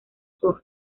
sus